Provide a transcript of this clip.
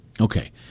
Okay